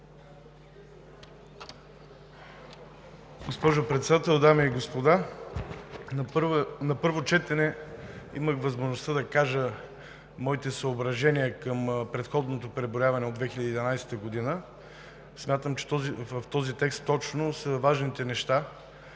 Госпожо Председател, дами и господа! На първо четене имах възможността да кажа моите съображения към преброяването от 2011 г. Смятам, че точно в този текст са важните неща,